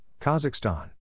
Kazakhstan